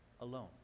alone